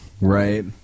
Right